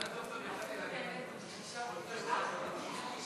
שלוש דקות.